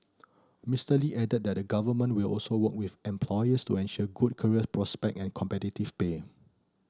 Mister Lee added that the Government will also work with employers to ensure good career prospect and competitive pay